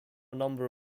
number